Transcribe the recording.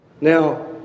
Now